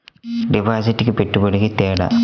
డిపాజిట్కి పెట్టుబడికి తేడా?